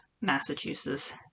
Massachusetts